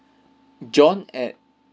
john at